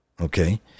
okay